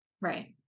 Right